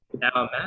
Now